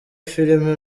filime